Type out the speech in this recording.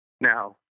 now